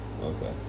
Okay